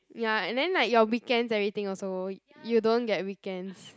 ya and then like your weekends everything also you don't get weekends